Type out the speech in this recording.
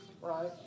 Right